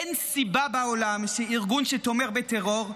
אין סיבה בעולם שארגון שתומך בטרור,